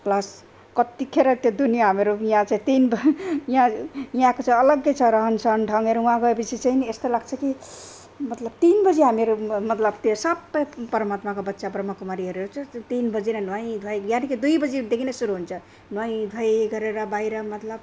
plus कतिखेर त्यो दुनियाँ हाम्रो यहाँ चाहिँ तिन यहाँ यहाँको चाहिँ अलग्गै छ रहनसहन ढङ्गहरू वहाँ गएपछि चाहिँ नि यस्तो लाग्छ कि मतलब तिनबजी हामीहरू मतलब त्यो सबै परमात्माको बच्चा ब्रह्मकुमारीहरू छ तिन बजी नै नुहाइधुवाइ यानिकि दुईबजीदेखि नै सुरु हुन्छ नुहाइधुवाइ गरेर बाहिर मतलब